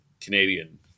Canadian